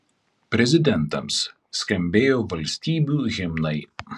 prezidentams skambėjo valstybių himnai